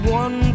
one